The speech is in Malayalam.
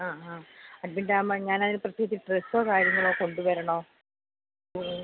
ആ ആ അഡ്മിറ്റാവുമ്പോൾ ഞാനത് പ്രത്യേകിച്ച് ഡ്രസ്സോ കാര്യങ്ങളോ കൊണ്ട് വരണോ